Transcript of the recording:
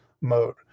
mode